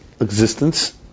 Existence